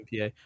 PA